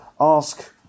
ask